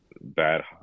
bad